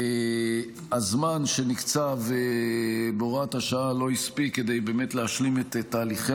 הזמן שנקצב בהוראת השעה לא הספיק כדי להשלים את תהליכי